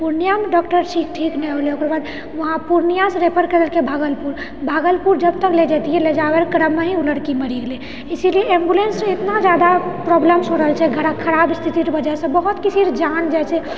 पूर्णियामे डॉक्टरसँ ठीक ठीक नहि होलै ओकर बाद उहाँ पुर्णियासँ रेफर कए देलकै भागलपुर भागलपुर जबतक ले जाइतिऐ ले जाबैके क्रममे ही ओ लड़की मरि गेलै इसीलिए एम्बुलेन्सरऽ एतना जादा प्रॉब्लम हो रहल छै ख खराब स्थिति कऽ वजहसँ बहुतके फिर जान जाइ छै